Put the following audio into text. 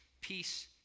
peace